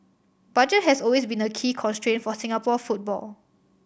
budget has always been a key constraint for Singapore football